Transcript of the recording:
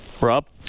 Rob